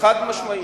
חד-משמעית